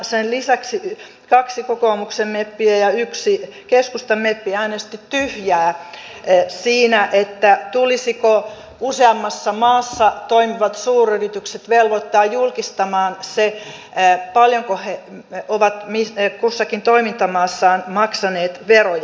sen lisäksi kaksi kokoomuksen meppiä ja yksi keskustan meppi äänesti tyhjää siinä tulisiko useammassa maassa toimivat suuryritykset velvoittaa julkistamaan se paljonko he ovat kussakin toimintamaassaan maksaneet veroja